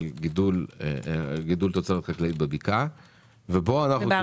של גידול תוצרת חקלאית בבקעה ובערבה.